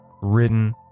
written